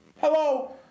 Hello